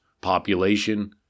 population